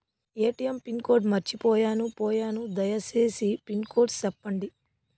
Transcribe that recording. ATM pin code మర్చిపోయాను పోయాను దయసేసి పిన్ కోడ్ సెప్పండి?